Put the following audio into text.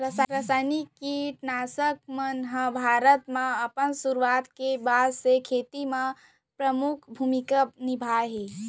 रासायनिक किट नाशक मन हा भारत मा अपन सुरुवात के बाद से खेती मा परमुख भूमिका निभाए हवे